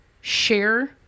share